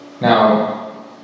Now